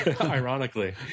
Ironically